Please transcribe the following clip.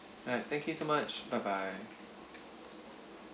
alright thank you so much bye bye